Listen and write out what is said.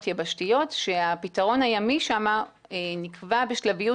יבשתיות שהפתרון הימי שם נקבע בשלביות.